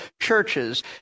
churches